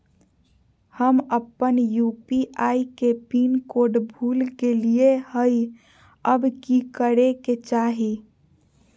हम अपन यू.पी.आई के पिन कोड भूल गेलिये हई, अब की करे के चाही?